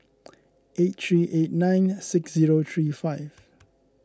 eight three eight nine six zero three five